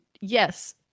yes